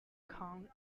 kang